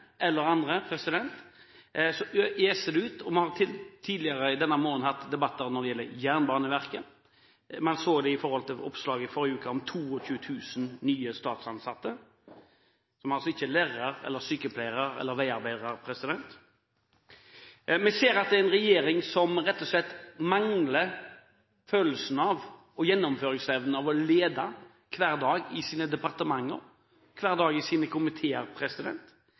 eller andre, eser det ut. Tidligere denne måneden har man hatt debatter når det gjelder Jernbaneverket, og man så det i forbindelse med oppslag i forrige uke om 22 000 nye statsansatte – som ikke er lærere, sykepleiere eller veiarbeidere. Vi ser at det er en regjering som rett og slett mangler gjennomføringsevne, evne til å lede hver dag i sine departementer og i sine komiteer.